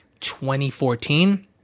2014